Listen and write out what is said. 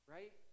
Right